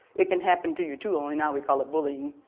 it can happen to you too only now we call it bullying.